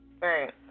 Right